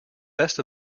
best